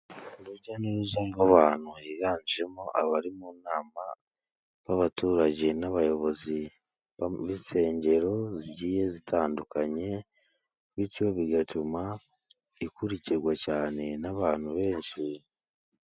Urujyanuruza rwa bantu, higanjemo abari mu nama b' abaturage n' abayobozi b' insengero zigiye zitandukanye, bityo bigatuma ikurikirwa cyane n' abantu benshi.